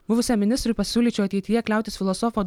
buvusiam ministrui pasiūlyčiau ateityje kliautis filosofo